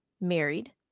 married